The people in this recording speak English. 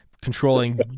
controlling